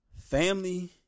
family